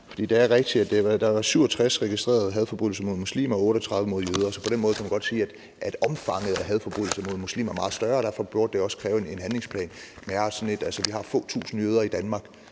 været 67 registrerede hadforbrydelser mod muslimer og 38 mod jøder. Så på den måde kan man godt sige, at omfanget af hadforbrydelser mod muslimer er meget større, og at det derfor også burde kræve en handlingsplan. Men jeg har